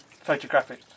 photographic